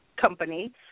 company